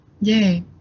yay